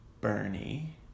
Bernie